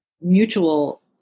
mutual